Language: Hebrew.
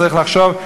צריך לחשוב,